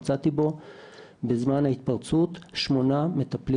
מצאתי בו בזמן ההתפרצות שמונה מטפלים